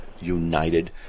United